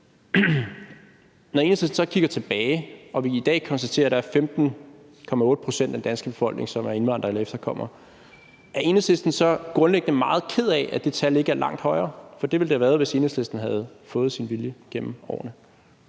når man så kigger tilbage, og vi i dag kan konstatere, at der er 15,8 pct. af den danske befolkning, som er indvandrere eller efterkommere, så grundlæggende er meget ked af, at det tal ikke er langt højere. For det ville det have været, hvis Enhedslisten havde fået sin vilje gennem årene.